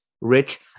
Rich